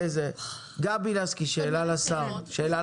גבי לסקי, שאלה לשר.